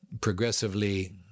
progressively